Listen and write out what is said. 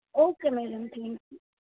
okay madam thank you